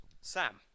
Sam